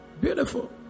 Beautiful